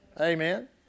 Amen